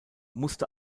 musste